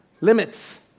limits